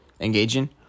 engaging